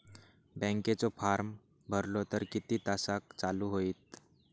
बँकेचो फार्म भरलो तर किती तासाक चालू होईत?